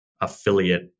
affiliate